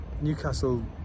Newcastle